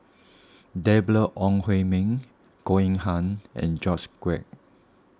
Deborah Ong Hui Min Goh Eng Han and George Quek